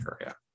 area